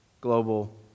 global